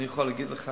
אני יכול להגיד לך